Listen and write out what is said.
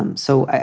um so,